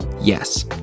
Yes